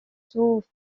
sous